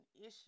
issue